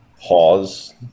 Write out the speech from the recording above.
pause